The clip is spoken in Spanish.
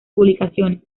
publicaciones